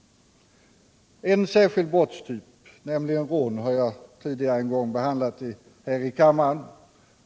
En särskild brottstyp, nämligen rån, har jag en gång tidigare behandlat här i kammaren.